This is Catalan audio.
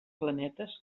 planetes